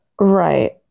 Right